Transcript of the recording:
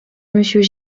monsieur